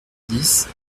dix